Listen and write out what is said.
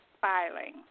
filing